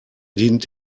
dient